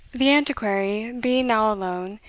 the antiquary, being now alone,